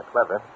Clever